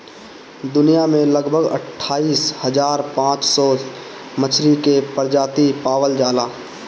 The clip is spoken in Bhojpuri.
दुनिया में लगभग अट्ठाईस हज़ार पाँच सौ मछरी के प्रजाति पावल जाला